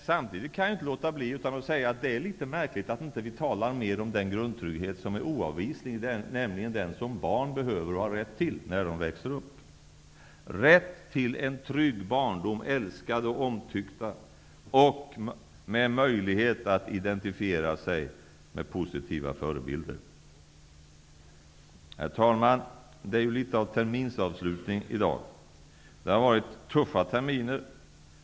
Samtidigt kan jag inte låta bli att säga att det är litet märkligt att vi inte talar mer om den grundtrygghet som är oavvislig, nämligen den trygghet som barn behöver och har rätt till när de växer upp. De har rätt till en trygg barndom, rätt att vara älskade, omtyckta, med möjlighet att identifiera sig med positiva förebilder. Herr talman! Det är litet av en terminsavslutning i dag. Det har varit tuffa terminer.